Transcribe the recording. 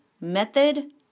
method